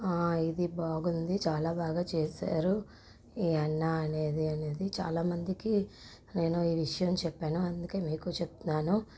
ఇది బాగుంది చాలా బాగా చేశారు ఈ హెన్నా అనేది అనేది చాలామందికి నేను ఈ విషయం చెప్పాను అందుకే మీకు చెప్తున్నాను